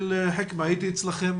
הייתי אצלכם